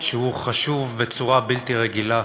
שהוא חשוב בצורה בלתי רגילה.